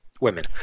women